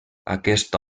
aquesta